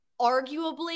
arguably